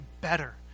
better